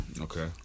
Okay